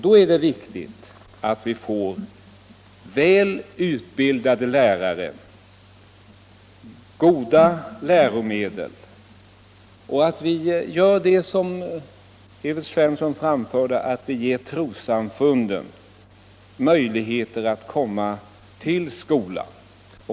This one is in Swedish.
Då är det viktigt att vi får väl utbildade lärare och goda läromedel och, såsom Evert Svensson framförde, ger trossamfunden möjligheter att komma till skolan.